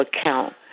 account